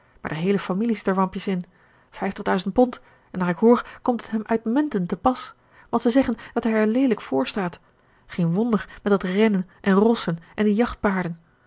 maar de heele familie zit er warmpjes in vijftig duizend pond en naar ik hoor komt het hem uitmuntend te pas want ze zeggen dat hij er leelijk vr staat geen wonder met dat rennen en rossen en die